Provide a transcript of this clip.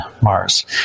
Mars